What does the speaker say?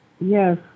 Yes